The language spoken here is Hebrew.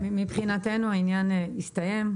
מבחינתנו העניין הסתיים.